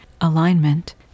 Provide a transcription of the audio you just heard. alignment